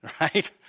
Right